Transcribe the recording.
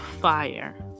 Fire